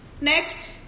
Next